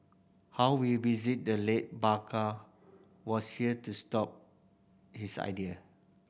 how we visit the late Barker was here to stop his idea